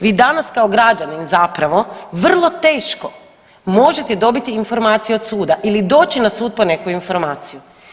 Vi danas kao građanin zapravo vrlo teško možete dobiti informaciju od suda ili doći na sud po neku informaciju.